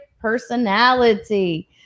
personality